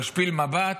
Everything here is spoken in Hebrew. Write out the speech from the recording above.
תשפיל מבט,